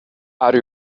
are